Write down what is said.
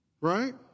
Right